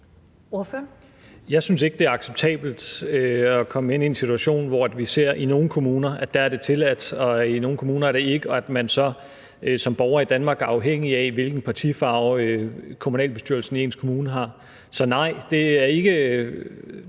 Jeg synes ikke, det er acceptabelt at komme i en situation, hvor vi i nogle kommuner ser, at det er tilladt, mens det ikke er tilladt i andre kommuner, og at man så som borger i Danmark er afhængig af, hvilken partifarve kommunalbestyrelsen i ens kommune har. Så nej, det er ikke,